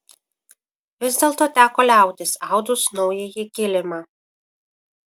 vis dėlto teko liautis audus naująjį kilimą